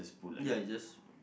ya you just